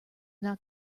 not